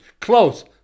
close